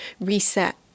reset